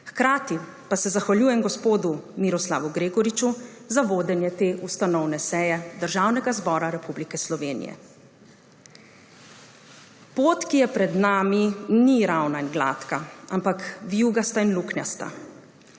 Hkrati se zahvaljujem gospodu Miroslavu Gregoriču za vodenje te ustanovne seje Državnega zbora Republike Slovenije. Pot, ki je pred nami, ni ravna in gladka, ampak vijugasta in luknjasta.